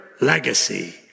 legacy